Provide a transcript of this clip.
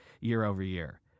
year-over-year